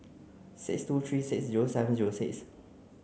six two three six zero seven zero six